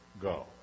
go